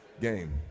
game